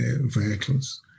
vehicles